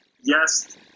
Yes